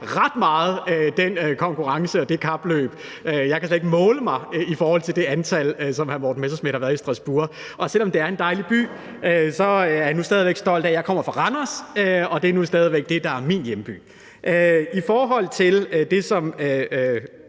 vinde den konkurrence og det kapløb ret stort. Jeg kan slet ikke måle mig i forhold til det antal år, som hr. Morten Messerschmidt har været i Strasbourg. Og selv om det er en dejlig by, er jeg nu stadig væk stolt af, at jeg kommer fra Randers, og det er nu stadig væk det, der er min hjemby. I forhold til det, som